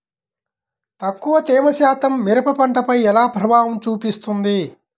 తక్కువ తేమ శాతం మిరప పంటపై ఎలా ప్రభావం చూపిస్తుంది?